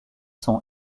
sont